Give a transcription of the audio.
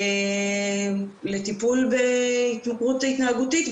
לטיפול בהתמכרות התנהגותית,